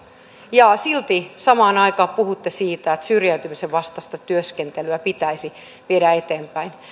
ja silti samaan aikaan puhutte siitä että syrjäytymisen vastaista työskentelyä pitäisi viedä eteenpäin